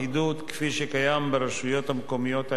כפי שקיים ברשויות המקומיות העירוניות.